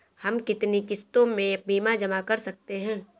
हम कितनी किश्तों में बीमा जमा कर सकते हैं?